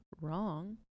wrong